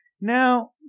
Now